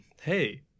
Hey